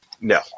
No